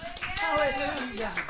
Hallelujah